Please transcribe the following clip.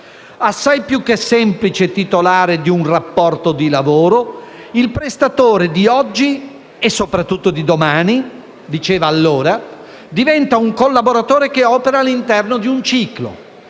Assai più che semplice titolare di un "rapporto di lavoro", il prestatore di oggi e, soprattutto, di domani» così diceva allora «diventa un collaboratore che opera all'interno di un "ciclo".